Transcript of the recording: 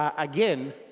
ah again,